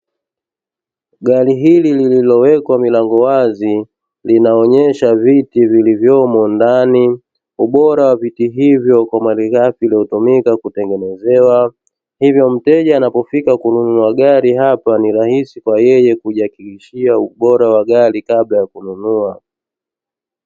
Gari hili lililowekwa milango wazi, linaonyesha viti vilivyomo ndani, ubora wa viti hivyo kwa malighafi iliyotumika kutengenezewa hivyo. Mteja anapofika kununua gari hapa ni rahisi kwa yeye kujihakikishia ubora wa gari kabla ya kununua.